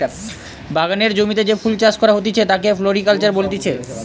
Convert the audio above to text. বাগানের জমিতে যে ফুল চাষ করা হতিছে তাকে ফ্লোরিকালচার বলতিছে